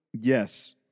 Yes